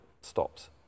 stops